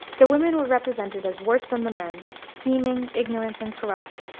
the women were represented as worse than the men scheming, ignorant, and corrupt.